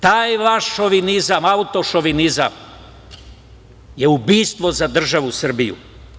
Taj vaš šovinizam, autošovinizam, je ubistvo za državu Srbiju.